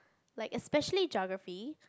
like especially Geography